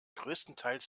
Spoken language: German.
größtenteils